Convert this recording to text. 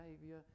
savior